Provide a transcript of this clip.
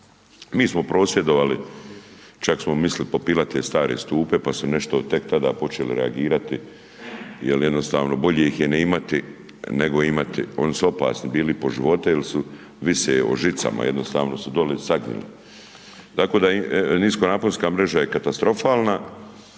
mi smo prosvjedovali, čak smo mislili popilati te stare stupe, pa nešto tek tada počeli reagirati jer jednostavno, bolje ih je ne imati, nego imati, oni su opasni bili po živote jer su, više o žicama, jednostavno se dolje saginju. Tako da, niskonaponska mreža je katastrofalna,